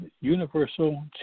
universal